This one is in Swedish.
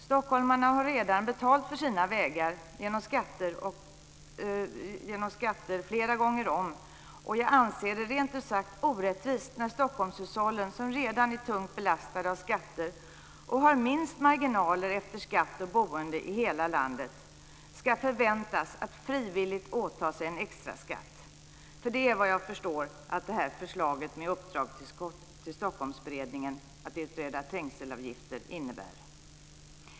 Stockholmarna har redan betalat för sina vägar genom skatter flera gånger om, och jag anser det rent ut sagt orättvist när Stockholmshushållen som redan är tungt belastade av skatter och har minst marginaler i hela landet efter skatt och boende ska förväntas att frivilligt åta sig en extra skatt. Det är vad jag förstår att det här förslaget med uppdrag till Stockholmsberedningen att utreda trängselavgifter innebär.